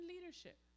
leadership